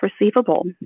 receivable